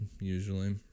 usually